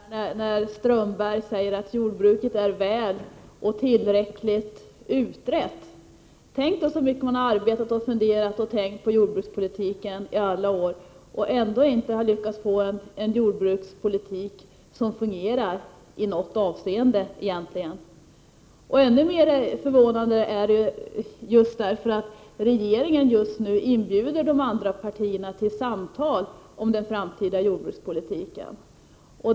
Herr talman! Jag blir förvånad när Håkan Strömberg säger att jordbruket är väl och tillräckligt utrett. Tänk så mycket man då måste ha arbetat, funderat och tänkt på jordbrukspolitiken i alla år utan att ändå ha lyckats få till stånd en jordbrukspolitik som fungerar i egentligen något avseende! Ännu mer förvånande är det uttalandet med tanke på att regeringen just nu inbjuder de andra partierna till samtal om den framtida jordbrukspolitiken.